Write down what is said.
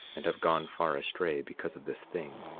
and have gone far astray because of this thing.